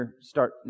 start